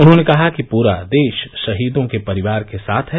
उन्होंने कहा कि पूरा देश शहीदों के परिवार के साथ है